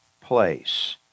place